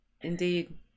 indeed